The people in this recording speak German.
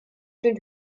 den